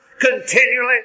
Continually